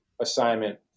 assignment